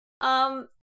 Um-